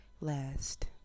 last